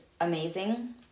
amazing